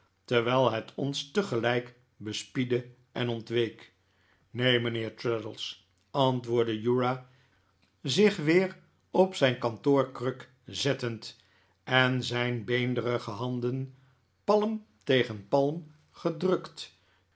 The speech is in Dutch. terwijl het ons tegelijk bespiedde en ontweek neen mijnheer traddles antwoordde uriah zich weer op zijn kantoorkruk zetr tend en zijn beenderige handen palm tegen palm gedrukt